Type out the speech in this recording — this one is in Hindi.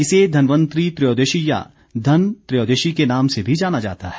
इसे धनवंतरि त्रयोदशी या धन त्रयोदशी के नाम से भी जाना जाता है